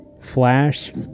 Flash